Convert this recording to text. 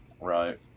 Right